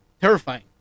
terrifying